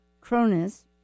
Cronus